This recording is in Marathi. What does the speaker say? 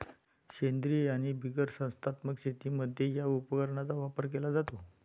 सेंद्रीय आणि बिगर संस्थात्मक शेतीमध्ये या उपकरणाचा वापर केला जातो